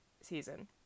season